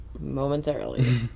momentarily